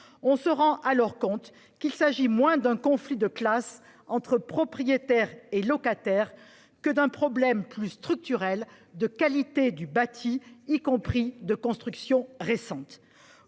On se rend alors compte qu'il s'agit moins d'un conflit de classes entre propriétaires et locataires que d'un problème plus structurel de qualité du bâti, y compris pour les constructions récentes.